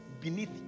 beneath